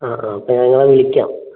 ആ ആ അപ്പം ഞാൻ നിങ്ങളെ വിളിക്കാം